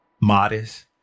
modest